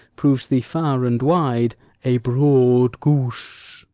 proves thee far and wide a broad goose.